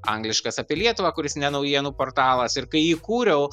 angliškas apie lietuvą kuris ne naujienų portalas ir kai jį kūriau